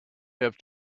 have